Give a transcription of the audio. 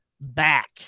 back